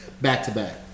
back-to-back